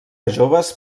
joves